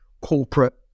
corporate